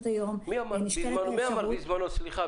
סליחה,